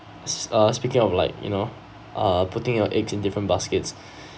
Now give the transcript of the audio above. s~ uh speaking of like you know uh putting your eggs in different baskets